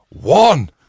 One